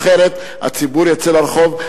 אחרת הציבור יצא לרחוב,